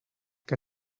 que